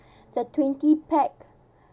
the twenty pack